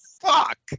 fuck